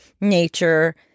nature